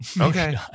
Okay